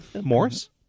Morris